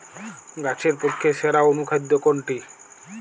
গাছের পক্ষে সেরা অনুখাদ্য কোনটি?